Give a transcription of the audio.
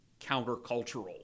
countercultural